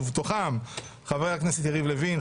ובתוכם חברי הכנסת יריב לוין,